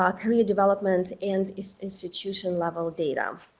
ah career development, and institution level data.